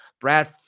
Brad